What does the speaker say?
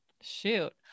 shoot